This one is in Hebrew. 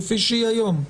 כפי שהיא היום,